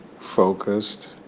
focused